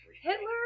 Hitler